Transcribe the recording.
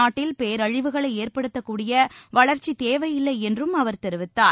நாட்டில் பேரழிவுகளைஏற்படுத்தக் கூடிய வளர்ச்சித் தேவையில்லைஎன்றும் அவர் தெரிவித்தார்